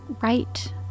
right